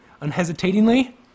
unhesitatingly